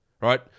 right